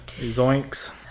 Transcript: Zoinks